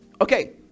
Okay